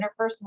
interpersonal